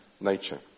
nature